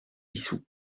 issou